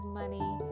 money